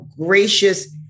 gracious